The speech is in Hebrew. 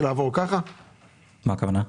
מה הכוונה?